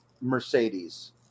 Mercedes